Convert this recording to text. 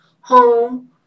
home